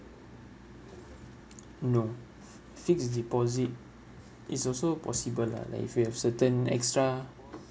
no fixed deposit is also possible lah like if you have certain extra